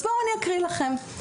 אז בואו, אני אקריא לכם.